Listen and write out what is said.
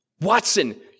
Watson